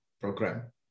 program